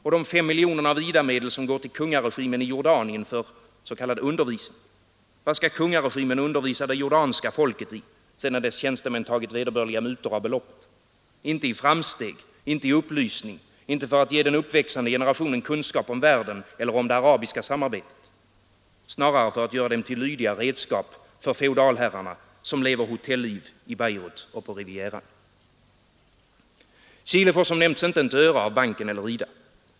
Och de 5 miljonerna av IDA-medel som går till kungaregimen i Jordanien för ”undervisning” — vad skall kungaregimen undervisa det jordanska folket i, sedan dess tjänstemän tagit vederbörliga mutor av beloppet? Inte i framsteg, inte i upplysning, inte i sådant som ger den uppväxande generationen kunskap om världen eller om det arabiska samarbetet. Snarare för att göra dem till lydiga redskap för feodalherrarna, som lever hotelliv i Beirut och på Rivieran. Chile får som nämnts inte ett öre av banken eller IDA.